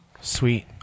Sweet